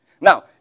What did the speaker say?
Now